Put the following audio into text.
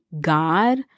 God